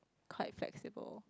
quite flexible